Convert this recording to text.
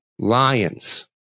Lions